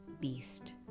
beast